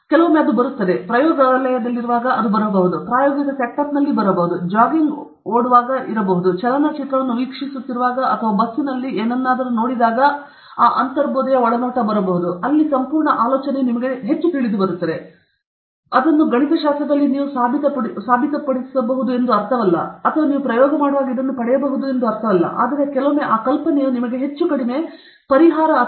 ಕೆಲವೊಮ್ಮೆ ಅದು ಬರುತ್ತದೆ ನೀವು ಪ್ರಯೋಗಾಲಯದಲ್ಲಿರುವಾಗ ಅದು ಬರಬಹುದು ನೀವು ಪ್ರಾಯೋಗಿಕ ಸೆಟಪ್ನಲ್ಲಿ ಇರುವಾಗ ಅದು ಬರಬಹುದು ನೀವು ಜಾಗಿಂಗ್ ಆಗಿದ್ದಾಗ ಅದು ಎಲ್ಲಿಯಾದರೂ ಬರಬಹುದು ಅಥವಾ ನೀವು ಚಲನಚಿತ್ರವನ್ನು ವೀಕ್ಷಿಸುತ್ತಿರುವಾಗ ಅಥವಾ ನಿಮ್ಮ ಬಸ್ಸಿನಲ್ಲಿ ಅಥವಾ ಏನನ್ನಾದರೂ ನೋಡಿದಾಗ ಅದು ಬರಬಹುದು ಅಲ್ಲಿ ಸಂಪೂರ್ಣ ಆಲೋಚನೆಯು ನಿಮಗೆ ಹೆಚ್ಚು ತಿಳಿದುಬರುತ್ತದೆ ಆದರೆ ಅದು ಗಣಿತಶಾಸ್ತ್ರದಲ್ಲಿ ನೀವು ಸಾಬೀತುಪಡಿಸಬಹುದು ಎಂದು ಅರ್ಥವಲ್ಲ ಇದು ಅಥವಾ ನೀವು ಪ್ರಯೋಗ ಮಾಡುವಾಗ ನೀವು ಇದನ್ನು ಪಡೆಯಬಹುದು ಆದರೆ ಕೆಲವೊಮ್ಮೆ ಆ ಕಲ್ಪನೆಯು ನಿಮಗೆ ಹೆಚ್ಚು ಕಡಿಮೆ ಅಥವಾ ಕಡಿಮೆ ಕಲ್ಪನೆ ಎಲ್ಲಿದೆ ಎಂಬುದನ್ನು ತಿಳಿಸುತ್ತದೆ